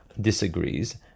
disagrees